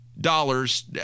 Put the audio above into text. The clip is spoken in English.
dollars